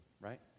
right